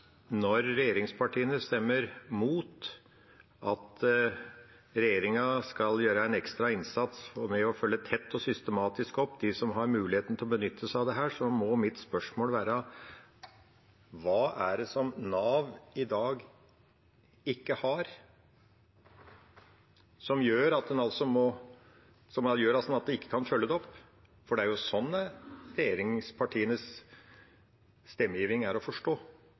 Når regjeringspartiene stemmer mot at regjeringa skal gjøre en ekstra innsats ved å følge tett og systematisk opp dem som har muligheten til å benytte seg av dette, må mitt spørsmål være: Hva er det Nav i dag ikke har som gjør at de ikke kan følge det opp? Det er sånn regjeringspartienes stemmegivning er å forstå.